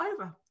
over